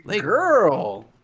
Girl